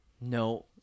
no